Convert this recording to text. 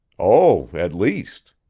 oh, at least.